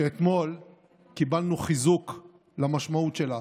ואתמול קיבלנו חיזוק למשמעות שלה.